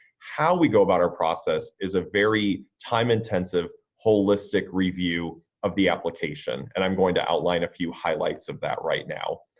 how we go about our process is a very time-intensive holistic review of the application and i'm going to outline a few highlights of that right now.